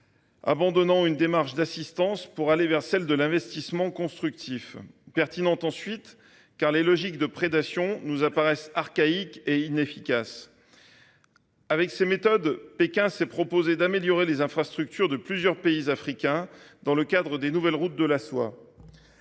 abandonnant une démarche d’assistance pour aller vers l’investissement constructif. Pertinente, ensuite, car les logiques de prédation nous paraissent archaïques et inefficaces. Avec ses méthodes, Pékin s’est proposé d’améliorer les infrastructures de plusieurs pays africains dans le cadre des nouvelles routes de la soie.